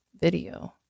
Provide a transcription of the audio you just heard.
video